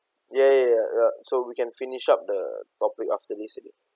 ya ya ya so we can finish up the topic after this